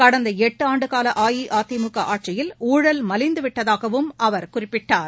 கடந்த எட்டு ஆண்டுகால அஇஅதிமுக ஆட்சியில் ஊழல் மலிந்துவிட்டதாகவும் அவர் குறிப்பிட்டார்